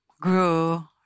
grew